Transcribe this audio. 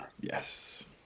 Yes